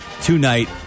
tonight